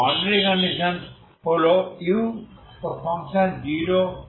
এবং বাউন্ডারি র কন্ডিশনস হল u0t0